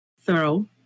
thorough